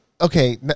okay